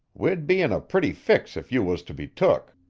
we'd be in a pretty fix if you was to be took.